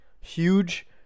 huge